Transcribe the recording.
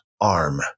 arm